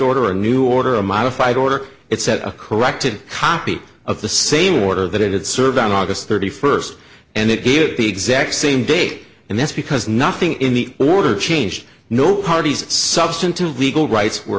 order a new order a modified order it set a corrected copy of the same order that i did serve on august thirty first and it did the exact same date and that's because nothing in the order changed no party's substantive legal rights were